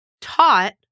taught